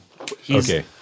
Okay